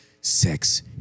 Sex